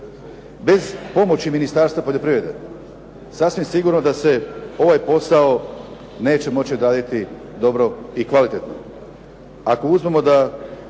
Bez pomoći Ministarstva poljoprivrede sasvim sigurno da se ovaj posao neće moći odraditi dobro i kvalitetno.